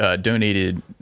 donated